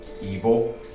Evil